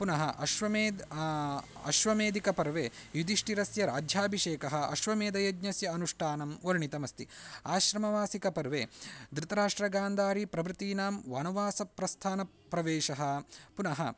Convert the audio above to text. पुनः अश्वमेधः अश्वमेधिकपर्वे युधिष्ठिरस्य राज्याभिषेकः अश्वमेधयज्ञस्य अनुष्ठानं वर्णितमस्ति आश्रमवासिकपर्वे धृतराष्ट्रगान्धारिप्रभृतीनां वनवासप्रस्थानप्रवेशः पुनः